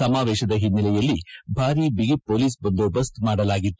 ಸಮಾವೇಶದ ಹಿನ್ನೆಲೆಯಲ್ಲಿ ಭಾರೀ ಬಿಗಿ ಮೊಲೀಸ್ ಬಂದೋಬಸ್ತ್ ಮಾಡಲಾಗಿತ್ತು